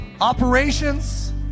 operations